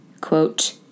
Quote